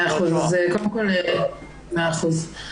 מאה אחוז.